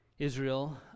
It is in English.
Israel